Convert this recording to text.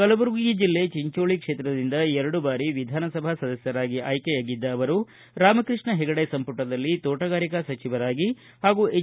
ಕಲಬುರಗಿ ಜಿಲ್ಲೆ ಚಿಂಚೋಳ ಕ್ಷೇತ್ರದಿಂದ ಎರಡು ಬಾರಿ ವಿಧಾನಸಭಾ ಸದಸ್ಯರಾಗಿ ಆಯ್ಕೆಯಾಗಿದ್ದ ಅವರು ರಾಮಕೃಷ್ಣ ಹೆಗಡೆ ಸಂಪುಟದಲ್ಲಿ ತೋಟಗಾರಿಕಾ ಸಚಿವರಾಗಿ ಹಾಗೂ ಎಚ್